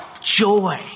joy